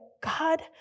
God